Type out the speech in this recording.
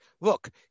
Look